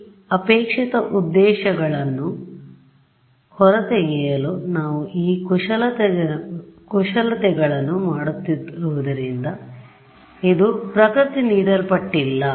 ಈ ಅಪೇಕ್ಷಿತ ಉದ್ದೇಶಗಳನ್ನು ಹೊರತೆಗೆಯಲು ನಾವು ಈ ಕುಶಲತೆಗಳನ್ನು ಮಾಡುತ್ತಿರುವುದರಿಂದ ಇದು ಪ್ರಕೃತಿ ನೀಡಲ್ಪಟ್ಟಿಲ್ಲ